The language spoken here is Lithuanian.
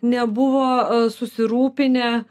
nebuvo susirūpinę